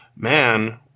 Man